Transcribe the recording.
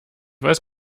weiß